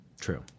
True